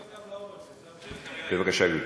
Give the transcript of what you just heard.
בואו נוציא אותם להורג, זה יותר, בבקשה, גברתי,